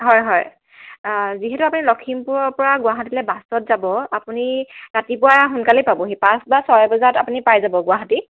হয় হয় যিহেতু আপুনি লখিমপুৰৰ পৰা গুৱাহাটীলৈ বাছত যাব আপুনি ৰাতিপুৱা সোনকালে পাবহি পাঁচ বা ছয় বজাত আপুনি পাই যাব গুৱাহাটী